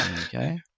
Okay